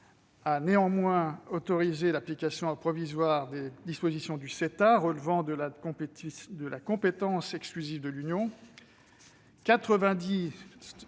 a néanmoins autorisé l'application provisoire des dispositions du CETA relevant de la compétence exclusive de l'Union.